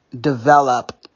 develop